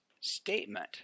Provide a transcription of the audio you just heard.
statement